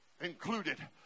included